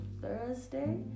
Thursday